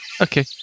Okay